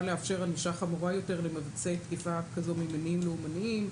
לאפשר ענישה חמורה יותר למבצעי תקיפה ממניעים לאומניים.